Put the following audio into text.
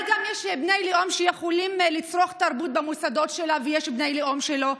אולי גם יש בני לאום שיכולים לצרוך תרבות במוסדות שלה ויש בני לאום שלא?